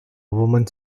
woman